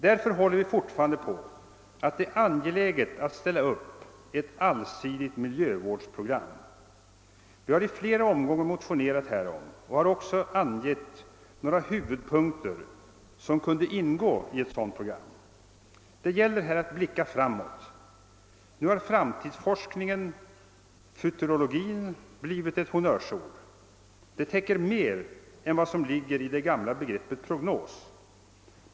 Därför håller vi fortfarande på att det är angeläget att ställa upp ett allsidigt miljövårdsprogram. Vi har i flera omgångar motionerat härom, och vi har också angivit några huvudpunkter som kunde ingå i ett sådant program. Det gäller här att blicka framåt. Nu har framtidsforskningen, futurologin, blivit ett honnörsord. Det täcker mer än vad som ligger i det gamla ordet prognos.